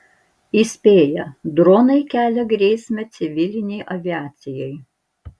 įspėja dronai kelia grėsmę civilinei aviacijai